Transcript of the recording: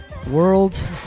world